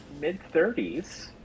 mid-30s